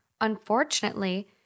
Unfortunately